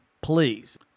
please